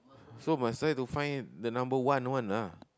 so must try to find the number one one lah